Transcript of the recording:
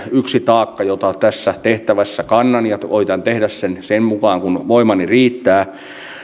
yksi taakka jota tässä tehtävässä kannan ja jonka koetan tehdä sen sen mukaan kuin voimani riittävät